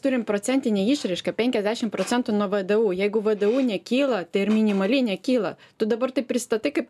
turim procentinę išraišką penkiasdešim procentų nuo vdu jeigu vdu nekyla tai ir minimaliai nekyla tu dabar tai pristatai kaip